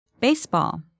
Baseball